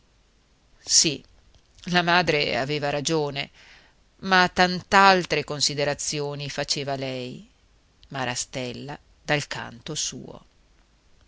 sì la madre aveva ragione ma tant'altre considerazioni faceva lei marastella dal suo